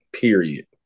Period